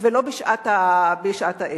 ולא בשעת האפס.